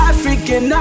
African